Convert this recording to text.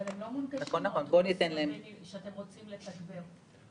אבל האוטובוסים שאתם רוצים לתגבר הם לא נגישים.